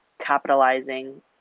capitalizing